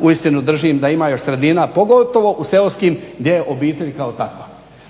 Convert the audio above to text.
uistinu držim da ima još sredina pogotovo u seoskim gdje je obitelj kao takva.